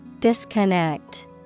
Disconnect